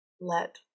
let